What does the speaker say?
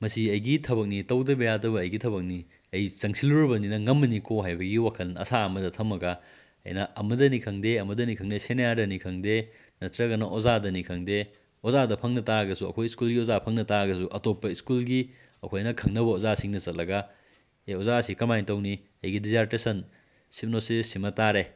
ꯃꯁꯤ ꯑꯩꯒꯤ ꯊꯕꯛꯅꯤ ꯇꯧꯗꯕ ꯌꯥꯗꯕ ꯑꯩꯒꯤ ꯊꯕꯛꯅꯤ ꯑꯩ ꯆꯪꯁꯤꯜꯂꯨꯔꯕꯅꯤꯅ ꯉꯝꯃꯅꯤꯀꯣ ꯍꯥꯏꯕꯒꯤ ꯋꯥꯈꯜ ꯑꯁꯥ ꯑꯃꯗ ꯊꯝꯃꯒ ꯑꯩꯅ ꯑꯃꯗꯅꯤ ꯈꯪꯗꯦ ꯑꯃꯗꯅꯤ ꯈꯪꯗꯦ ꯁꯦꯅꯤꯌꯥꯔꯗꯅꯤ ꯈꯪꯗꯦ ꯅꯠꯇ꯭ꯔꯒꯅ ꯑꯣꯖꯥꯗꯅꯤ ꯈꯪꯗꯦ ꯑꯣꯖꯥꯗ ꯐꯪꯗ ꯇꯥꯔꯒꯁꯨ ꯑꯩꯈꯣꯏ ꯁ꯭ꯀꯨꯜꯒꯤ ꯑꯣꯖꯥ ꯐꯪꯗ ꯇꯥꯔꯒꯁꯨ ꯑꯇꯣꯞꯄ ꯁ꯭ꯀꯨꯜꯒꯤ ꯑꯩꯈꯣꯏꯅ ꯈꯪꯅꯕ ꯑꯣꯖꯥꯁꯤꯡꯗ ꯆꯠꯂꯒ ꯑꯦ ꯑꯣꯖꯥ ꯁꯤ ꯀꯔꯝ ꯍꯥꯏꯅ ꯇꯧꯅꯤ ꯑꯩꯒꯤ ꯗꯤꯖꯥꯔꯇꯦꯁꯟ ꯁꯤꯞꯅꯣꯁꯤꯁ ꯁꯤꯃ ꯇꯥꯔꯦ